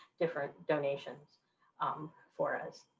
different donations um for us.